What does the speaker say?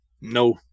no